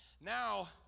now